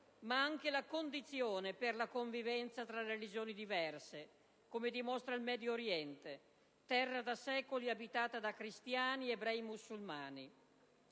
ma anche la condizione per la convivenza tra religioni diverse, come dimostra il Medio Oriente, terra da secoli abitata da cristiani, ebrei e musulmani.